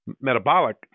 metabolic